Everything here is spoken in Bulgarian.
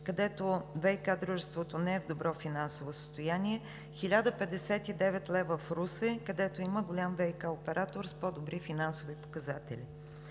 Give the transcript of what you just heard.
където ВиК дружеството не е в добро финансово състояние, 1059 лв. в Русе, където има голям ВиК оператор с по-добри финансови показатели.